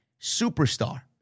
superstar